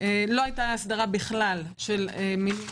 לא היתה הסדרה בכלל של מינוי בתאגידים,